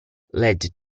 led